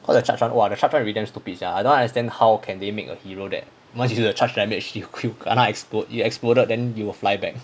while the charge [one] !wah! the charge [one] really damn stupid sia I don't understand how can they make a hero that once you do that charged damage it could kena explode it exploded then you will fly back